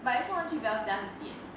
but 为什么去 dell 家是几点